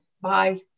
bye